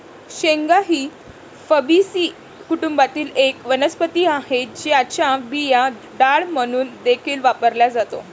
शेंगा ही फॅबीसी कुटुंबातील एक वनस्पती आहे, ज्याचा बिया डाळ म्हणून देखील वापरला जातो